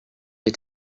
est